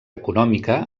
econòmica